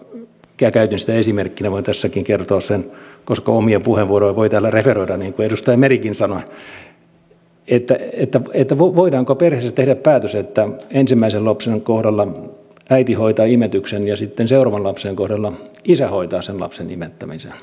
käytin esimerkkinä sitä voin tässäkin kertoa sen koska omia puheenvuoroja voi täällä referoida niin kuin edustaja merikin sanoi voidaanko perheessä tehdä päätös että ensimmäisen lapsen kohdalla äiti hoitaa imetyksen ja sitten seuraavan lapsen kohdalla isä hoitaa sen lapsen imettämisen